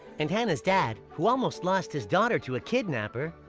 and hanah's dad, who almost lost his daughter to a kidnapper.